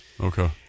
Okay